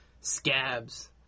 scabs